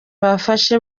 bafashe